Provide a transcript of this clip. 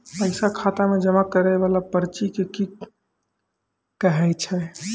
पैसा खाता मे जमा करैय वाला पर्ची के की कहेय छै?